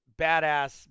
badass